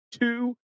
two